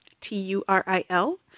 T-U-R-I-L